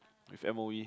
with m_o_e